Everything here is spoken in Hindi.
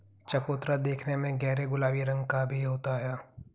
चकोतरा देखने में गहरे गुलाबी रंग का भी होता है